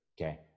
Okay